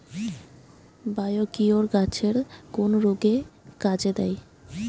Biocure গাছের কোন রোগে কাজেদেয়?